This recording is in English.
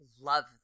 love